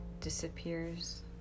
Disappears